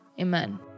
amen